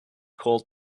called